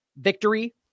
victory